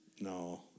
No